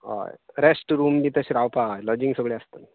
होय rest room बी तशें रावपा लाॅजिंग बरें आसतलें